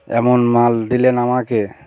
এমন মাল দিলেন আমাকে